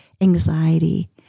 anxiety